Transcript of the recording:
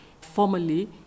formally